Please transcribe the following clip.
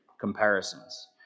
comparisons